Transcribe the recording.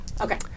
Okay